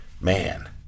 man